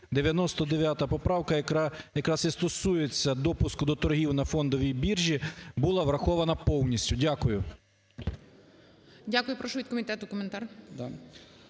99 поправка якраз і стосується допуску до торгів на фондовій біржі, була врахована повністю. Дякую. ГОЛОВУЮЧИЙ. Дякую. Прошу від комітету коментар.